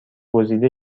گزیده